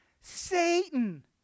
Satan